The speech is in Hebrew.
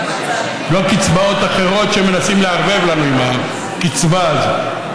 לא קצבאות אחרות שמנסים לערבב לנו עם הקצבה הזאת.